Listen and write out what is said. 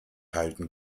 halten